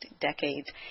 decades